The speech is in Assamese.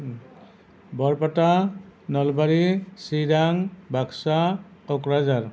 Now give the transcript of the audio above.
বৰপেটা নলবাৰী চিৰাং বাক্সা কোকৰাঝাৰ